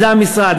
זה המשרד.